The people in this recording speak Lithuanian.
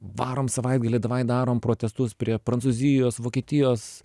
varom savaitgalį davai darom protestus prie prancūzijos vokietijos